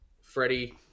Freddie